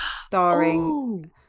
starring